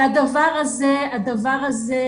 והדבר הזה בעייתי.